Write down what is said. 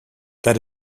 that